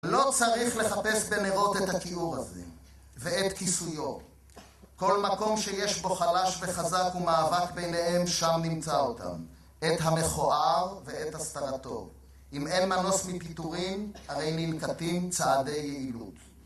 לא צריך לחפש בנרות את התיאור הזה ואת כיסויו. כל מקום שיש בו חלש וחזק ומאבק ביניהם, שם נמצא אותם. את המכוער ואת הסטרטור. אם אין מנוס מפיטורין, הרי ננקטים צעדי יעילות.